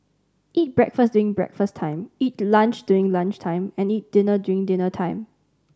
eat breakfast during breakfast time eat lunch during lunch time and eat dinner during dinner time